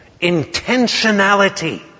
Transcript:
Intentionality